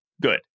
good